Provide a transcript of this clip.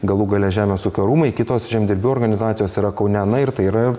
galų gale žemės ūkio rūmai kitos žemdirbių organizacijos yra kaune na ir tai yra